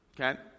Okay